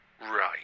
Right